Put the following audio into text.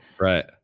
Right